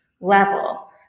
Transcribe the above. level